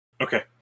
Okay